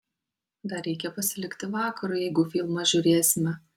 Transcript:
dar reikia pasilikti vakarui jeigu filmą žiūrėsime